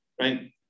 right